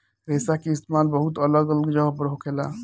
रेशा के इस्तेमाल बहुत अलग अलग जगह पर होखेला